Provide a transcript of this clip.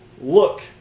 look